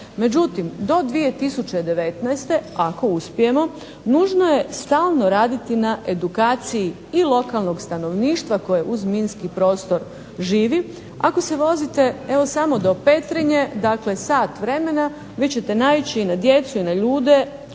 Međutim, do 2019. godine ako uspijemo nužno je stalno raditi na edukaciji i lokalnog stanovništva koje uz minski prostor živi. Ako se vozite evo samo do Petrinje, dakle sat vremena vi ćete naići na djecu i na ljude